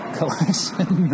collection